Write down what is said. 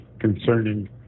concerning